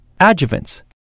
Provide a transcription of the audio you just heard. Adjuvants